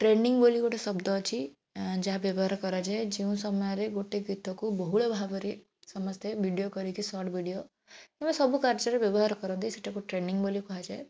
trending ବୋଲି ଗୋଟେ ଶବ୍ଦ ଅଛି ଯାହା ବ୍ୟବହାର କରାଯାଏ ଯେଉଁ ସମୟରେ ଗୋଟେ ଗୀତକୁ ବହୁଳ ଭାବରେ ସମସ୍ତେ ଭିଡ଼ିଓ କରିକି ସର୍ଟ ଭିଡ଼ିଓ ସବୁ କାର୍ଯ୍ୟରେ ବ୍ୟବହାର କରନ୍ତି ସେଇଟାକୁ ଟ୍ରେଣ୍ଡିଂ ବୋଲି କୁହାଯାଏ